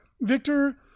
Victor